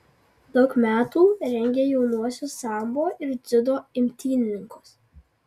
daug metų rengė jaunuosius sambo ir dziudo imtynininkus